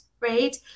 right